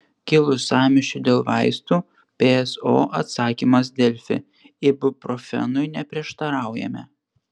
kilus sąmyšiui dėl vaistų pso atsakymas delfi ibuprofenui neprieštaraujame